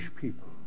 people